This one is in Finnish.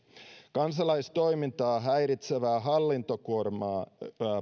kansalaistoimintaa häiritsevää hallintokuormaa